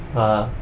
ha